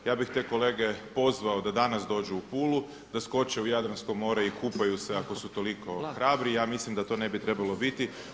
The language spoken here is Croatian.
Ja bih te kolege pozvao da danas dođu u Pulu, da skoče u Jadransko more i kupaju se ako su toliko hrabri i ja mislim da to ne bi trebalo biti.